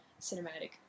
cinematic